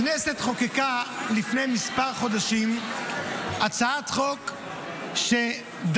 הכנסת חוקקה לפני כמה חודשים הצעת חוק שדחתה,